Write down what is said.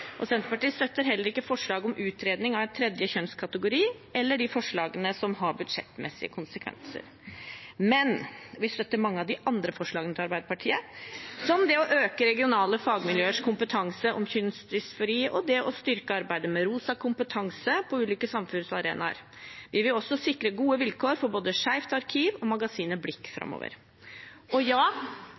det. Senterpartiet støtter heller ikke forslaget om utredning av en tredje kjønnskategori eller de forslagene som har budsjettmessige konsekvenser, men vi støtter mange av de andre forslagene fra Arbeiderpartiet, som det å øke regionale fagmiljøers kompetanse om kjønnsdysfori og å styrke arbeidet med Rosa kompetanse på ulike samfunnsarenaer. Vi vil også sikre gode vilkår for både Skeivt arkiv og magasinet Blikk framover. Ja,